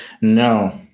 No